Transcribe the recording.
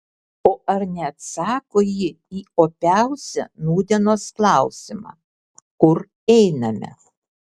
o ar neatsako ji į opiausią nūdienos klausimą kur einame